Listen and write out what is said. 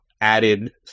added